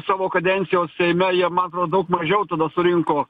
savo kadencijos seime jie man atrodo daug mažiau tada surinko